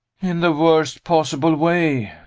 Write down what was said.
in the worst possible way,